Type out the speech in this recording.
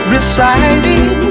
Reciting